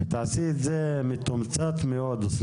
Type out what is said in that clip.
מתומצת מאוד.